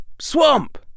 swamp